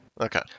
Okay